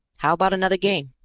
how about another game?